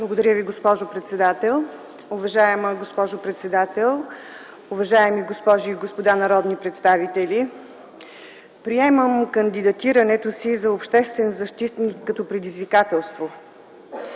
Благодаря Ви, госпожо председател. Уважаема госпожо председател, уважаеми госпожи и господа народни представители! Приемам кандидатирането си за обществен защитник като предизвикателство,